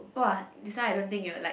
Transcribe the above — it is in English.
!wah! this one I don't think you'll like